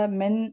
men